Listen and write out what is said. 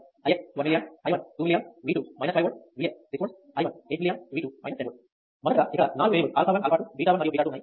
Ix 1 milli amp i 1 2 milli amps V 2 5 V Vx 6 volts i 1 8 milli amps V 2 10 V మొదటగా ఇక్కడ నాలుగు variables α1 α2 𝛽1 మరియు 𝛽2 ఉన్నాయి